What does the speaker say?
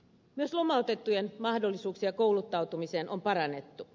myös lomautettujen mahdollisuuksia kouluttautumiseen on parannettu